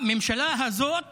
הממשלה הזאת